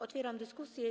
Otwieram dyskusję.